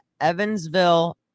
Evansville